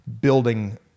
building